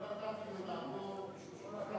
לא נתתי לו לעבור משום,